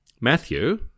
Matthew